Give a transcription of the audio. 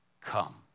come